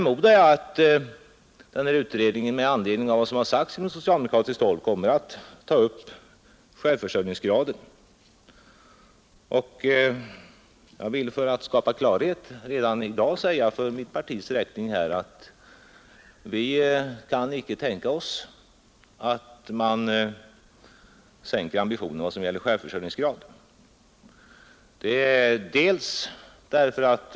Med anledning av vad som sagts från socialdemokratiskt håll förmodar jag att utredningen kommer att ta upp frågan om självförsörjningsgraden. För att skapa klarhet redan i dag vill jag säga för mitt partis räkning, att vi kan icke tänka oss att man sänker ambitionen i fråga om självförsörjningsgraden.